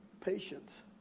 patience